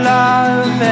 love